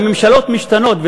הממשלות משתנות,